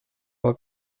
war